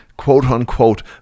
quote-unquote